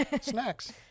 snacks